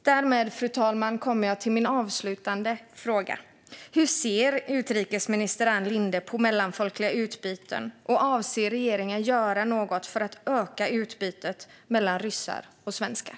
Därmed, fru talman, kommer jag till min avslutande fråga: Hur ser utrikesminister Ann Linde på mellanfolkliga utbyten, och avser regeringen att göra något för att öka utbytet mellan ryssar och svenskar?